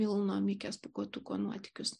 milno mikės pūkuotuko nuotykius